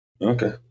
okay